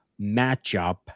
matchup